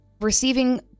receiving